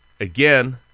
again